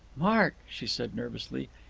mark, she said nervously,